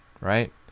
Right